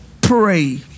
pray